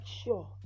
sure